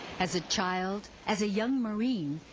as a child, as a young marine,